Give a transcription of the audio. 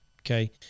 Okay